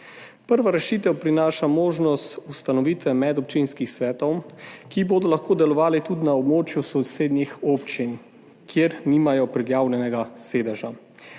Prva rešitev prinaša možnost ustanovitve medobčinskih svetov, ki bodo lahko delovali tudi na območju sosednjih občin, kjer nimajo prijavljenega sedeža.